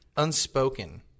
unspoken